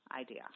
idea